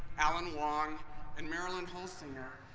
allen wong and marilyn holsinger,